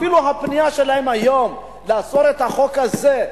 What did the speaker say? אפילו הפנייה שלהם היום לעצור את החוק הזה,